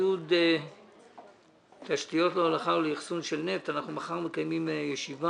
י' כולו (תשתיות להולכה ולאחסון של נפט) מתוך הצעת